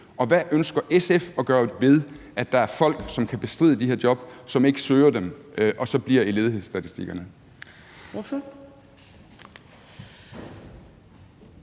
Og hvad ønsker SF at gøre ved det, at der er folk, som kan bestride de her job, men som ikke søger dem og så bliver i ledighedsstatistikkerne?